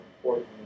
important